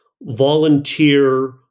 volunteer